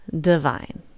divine